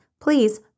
please